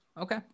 Okay